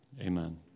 amen